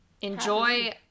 enjoy